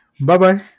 Bye-bye